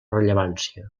rellevància